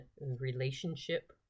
relationship